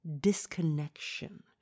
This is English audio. Disconnection